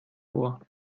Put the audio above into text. vor